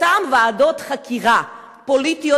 אותן ועדות חקירה פוליטיות,